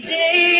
day